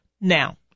Now